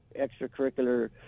extracurricular